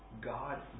God